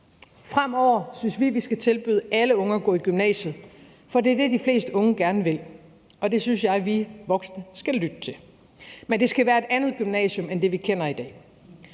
Fremover synes vi at vi skal tilbyde alle unge at gå i gymnasiet, for det er det, de fleste unge gerne vil, og det synes jeg at vi voksne skal lytte til. Men det skal være et andet gymnasium end det, vi kender i dag.